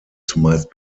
zumeist